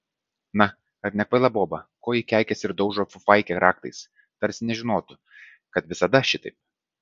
na ar nekvaila boba ko ji keikiasi ir daužo fufaikę raktais tarsi nežinotų kad visada šitaip